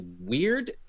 weird